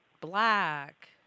black